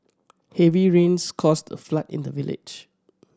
heavy rains caused a flood in the village